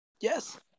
Yes